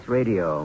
Radio